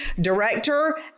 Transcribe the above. Director